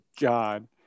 God